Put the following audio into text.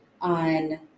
on